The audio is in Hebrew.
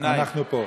אנחנו פה.